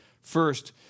First